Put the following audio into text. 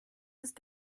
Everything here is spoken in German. ist